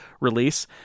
release